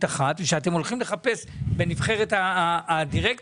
אחת ושאתם הולכים לחפש בנבחרת הדירקטורים,